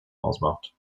ausmacht